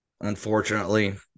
unfortunately